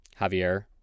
Javier